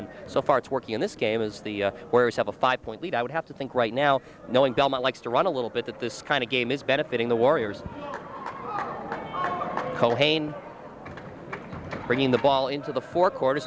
and so far it's working in this game is the where seventy five point lead i would have to think right now knowing belmont likes to run a little bit at this kind of game is benefiting the warriors culhane bringing the ball into the four corners